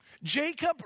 Jacob